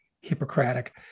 Hippocratic